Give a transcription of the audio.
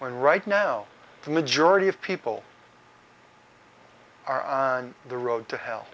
when right now the majority of people are on the road to